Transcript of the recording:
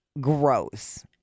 Gross